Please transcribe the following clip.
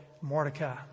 Mordecai